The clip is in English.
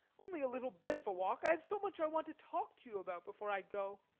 only a little bit of a walk! i have so much i want to talk to you about before i go.